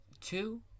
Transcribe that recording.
two